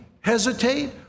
hesitate